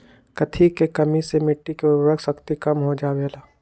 कथी के कमी से मिट्टी के उर्वरक शक्ति कम हो जावेलाई?